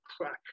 crack